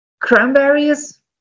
cranberries